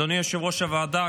אדוני יושב-ראש הוועדה,